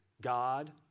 God